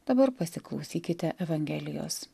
dabar pasiklausykite evangelijos